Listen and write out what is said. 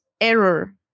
error